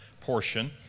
portion